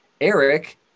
Eric